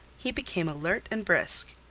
he became alert and brisk,